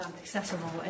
accessible